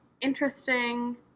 interesting